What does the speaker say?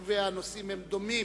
הואיל והנושאים הם דומים,